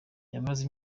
yamaze